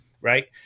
Right